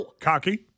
Cocky